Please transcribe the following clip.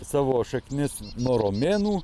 savo šaknis nuo romėnų